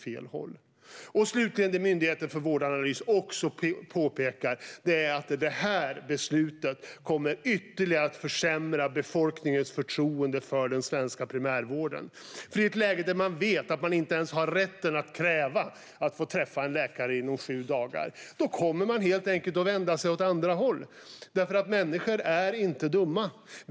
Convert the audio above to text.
Slutligen påpekar också Myndigheten för vårdanalys att beslutet kommer att ytterligare försämra befolkningens förtroende för den svenska primärvården. I ett läge där man vet att man inte ens har rätten att kräva att få träffa en läkare inom sju dagar kommer man helt enkelt att vända sig åt andra håll. Människor är inte dumma.